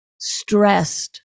stressed